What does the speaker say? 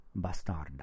bastarda